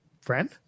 Friend